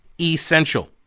essential